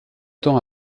temps